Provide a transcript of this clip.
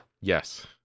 Yes